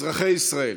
אזרחי ישראל,